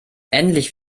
endlich